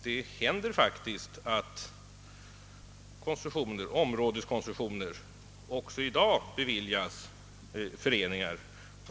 Det händer nämligen faktiskt att områdeskoncessioner också i dag beviljas föreningar.